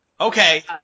Okay